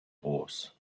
horse